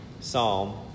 Psalm